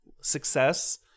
success